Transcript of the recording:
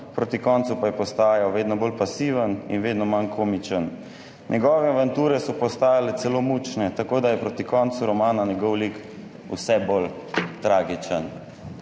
proti koncu pa je postajal vedno bolj pasiven in vedno manj komičen, njegove avanture so postajale celo mučne, tako da je proti koncu romana njegov lik vse bolj tragičen«.